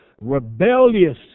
rebellious